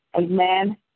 Amen